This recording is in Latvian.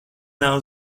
nav